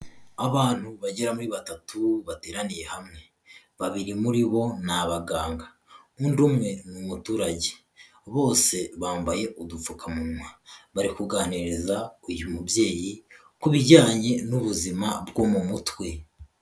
Abantu bagera muri batatu bateraniye hamwe, babiri muri bo ni abaganga undi umwe ni umuturage, bose bambaye udupfukamunwa, bari kuganirira uyu mubyeyi ku bijyanye n'ubuzima bwo mu mutwe.